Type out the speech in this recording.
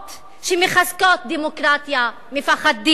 שמחזקות דמוקרטיה מפחדים.